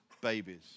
babies